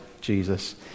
Jesus